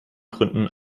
gründen